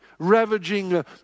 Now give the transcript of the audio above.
Ravaging